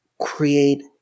create